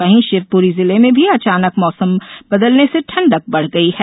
वहीं शिवपुरी जिले में भी अचानक मौसम बदलने से ठंडक बढ़ गयी है